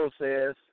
says